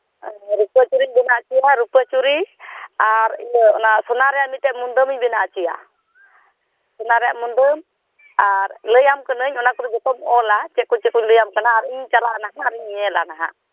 ᱟᱨ ᱨᱩᱯᱟᱹ ᱪᱤᱲᱤᱧ ᱵᱮᱱᱟᱣ ᱦᱚᱪᱚᱭᱟ ᱨᱩᱯᱟ ᱪᱩᱲᱤ ᱟᱨ ᱤᱭᱟᱹ ᱚᱱᱟ ᱥᱳᱱᱟ ᱨᱮᱱᱟᱜ ᱢᱤᱫᱴᱮᱱ ᱢᱩᱫᱟᱹᱢ ᱤᱧ ᱵᱮᱱᱟᱣ ᱦᱚᱪᱚᱭᱟ ᱥᱳᱱᱟ ᱨᱮᱭᱟᱜ ᱢᱩᱫᱟᱹᱢ ᱟᱨ ᱞᱟᱹᱭᱟᱢ ᱠᱟᱹᱱᱟᱹᱧ ᱚᱱᱟ ᱠᱚᱫᱚ ᱡᱚᱛᱚᱢ ᱚᱞᱟ ᱪᱮᱫ ᱠᱚ ᱪᱮᱫ ᱠᱚᱧ ᱞᱟᱹᱭ ᱟᱢ ᱠᱟᱱᱟ ᱟᱨ ᱤᱧ ᱪᱟᱞᱟᱜᱼᱟ ᱱᱟᱦᱟᱜ ᱟᱨᱤᱧ ᱧᱮᱞᱟ ᱱᱟᱦᱟᱜ